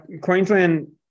Queensland